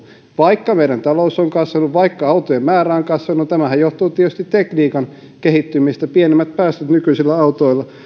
vaikka meidän talous on kasvanut vaikka autojen määrä on kasvanut tämähän johtuu tietysti tekniikan kehittymisestä pienemmät päästöt nykyisillä autoilla